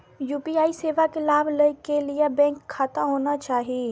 UPI सेवा के लाभ लै के लिए बैंक खाता होना चाहि?